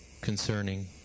concerning